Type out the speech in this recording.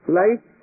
life